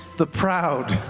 the proud,